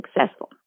successful